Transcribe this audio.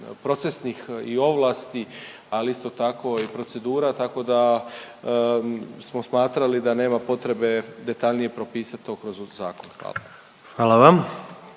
procesnih i ovlasti, ali isto tako i procedura tako da smo smatrali da nema potrebe detaljnije propisat to kroz zakon. Hvala.